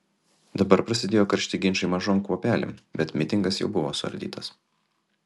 dabar prasidėjo karšti ginčai mažom kuopelėm bet mitingas jau buvo suardytas